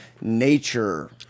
nature